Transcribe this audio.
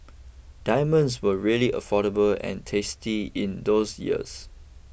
diamonds were really affordable and tasty in those years